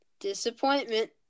Disappointment